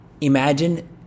imagine